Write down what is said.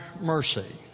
mercy